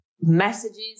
messages